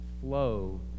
flow